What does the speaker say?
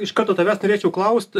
iš karto taves norėčiau klaust